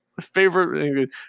favorite